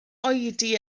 oedi